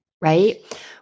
right